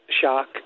shock